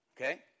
Okay